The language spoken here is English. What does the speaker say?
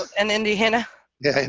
and indiana yeah